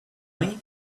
money